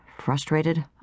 frustrated